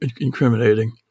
incriminating